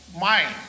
mind